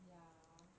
ya